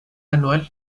anual